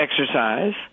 exercise